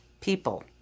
people